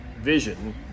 vision